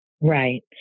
Right